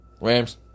Rams